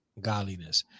godliness